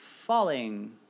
falling